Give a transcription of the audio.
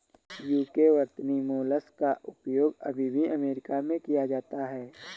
UK वर्तनी mollusc का उपयोग अभी भी अमेरिका में किया जाता है